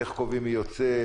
איך קובעים מי יוצא,